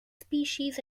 species